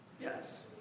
Yes